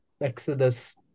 Exodus